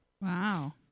wow